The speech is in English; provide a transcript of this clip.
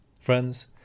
Friends